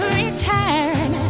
return